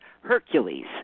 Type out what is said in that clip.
Hercules